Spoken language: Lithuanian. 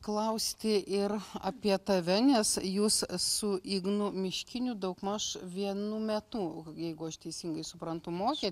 klausti ir apie tave nes jūs su ignu miškiniu daugmaž vienu metu jeigu aš teisingai suprantu mokė